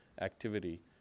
activity